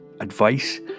advice